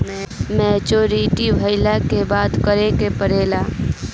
Maturity भईला के बाद का करे के पड़ेला?